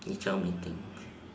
you tell meeting